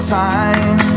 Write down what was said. time